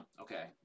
Okay